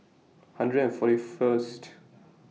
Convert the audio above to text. hundred and forty First